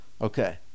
okay